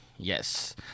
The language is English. Yes